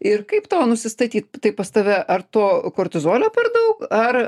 ir kaip tau nusistatyt tai pas tave ar to kortizolio per daug ar